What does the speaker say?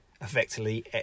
effectively